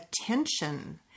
attention